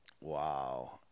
Wow